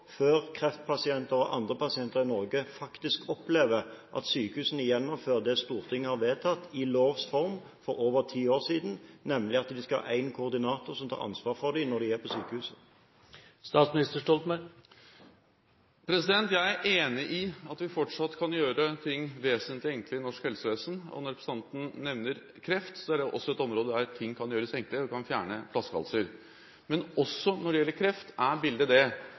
før kreftpasienter og andre pasienter i Norge faktisk opplever at sykehusene gjennomfører det Stortinget har vedtatt i lovs form for over ti år siden, nemlig at de skal ha én koordinator som tar ansvar for dem når de er på sykehus? Jeg er enig i at vi fortsatt kan gjøre ting vesentlig enklere i norsk helsevesen. Når representanten nevner kreft, er det også et område der ting kan gjøres enklere – vi kan fjerne flaskehalser. Men når det gjelder kreft, er bildet